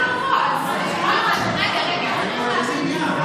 נעבור לסדר-היום,